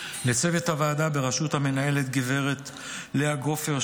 ולצוות הוועדה בראשות המנהלת גב' לאה גופר,